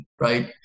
right